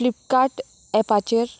Flipkart एपाचेर